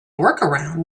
workaround